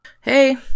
Hey